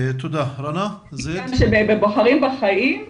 ב"בוחרים בחיים"